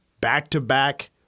back-to-back